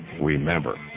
Remember